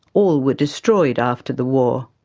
all were destroyed after the war.